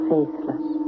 Faithless